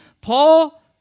Paul